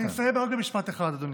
אני מסיים רק במשפט אחד, אדוני.